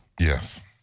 Yes